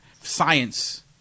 science